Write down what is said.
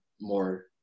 more